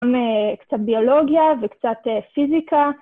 קצת ביולוגיה וקצת פיזיקה.